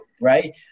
right